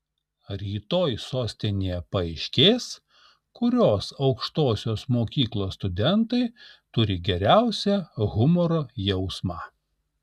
rytoj sostinėje paaiškės kurios aukštosios mokyklos studentai turi geriausią humoro jausmą